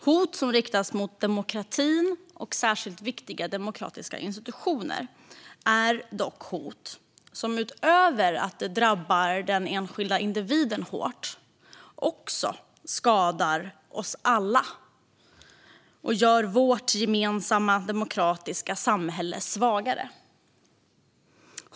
Hot som riktas mot demokratin och särskilt viktiga demokratiska institutioner är dock hot som utöver att de drabbar den enskilda individen hårt också skadar oss alla och gör vårt gemensamma demokratiska samhälle svagare.